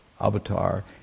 avatar